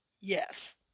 Yes